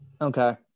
Okay